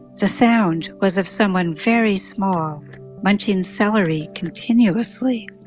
the sound was of someone very small munching celery continuously.